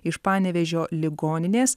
iš panevėžio ligoninės